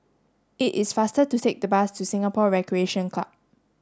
it is faster to take the bus to Singapore Recreation Club